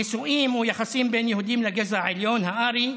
נישואים או יחסים בין יהודים לגזע העליון, הארי,